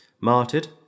martyred